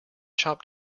chopped